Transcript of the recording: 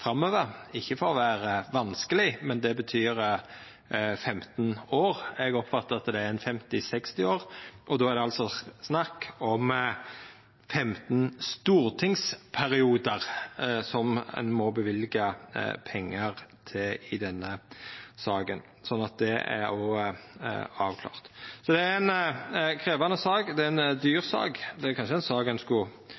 framover. Ikkje for å vera vanskeleg, men det betyr 15 år. Eg oppfatta at det er ein 50–60 år, og då er det altså snakk om at ein må løyva pengar til denne saka i 15 stortingsperiodar. Så er det òg avklart. Det er ei krevjande sak, det er ei dyr